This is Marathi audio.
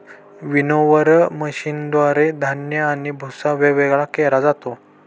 विनोवर मशीनद्वारे धान्य आणि भुस्सा वेगवेगळा केला जातो